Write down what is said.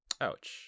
Ouch